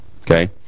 Okay